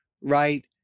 right